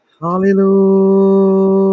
hallelujah